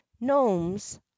gnomes